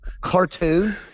cartoon